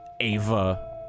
Ava